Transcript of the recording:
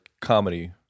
comedy